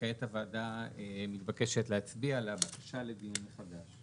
וכעת הוועדה מתבקשת להצביע על הבקשה לדיון מחדש.